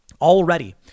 Already